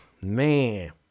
Man